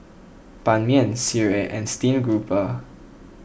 Ban Mian Sireh and Steamed Garoupa